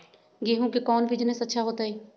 गेंहू के कौन बिजनेस अच्छा होतई?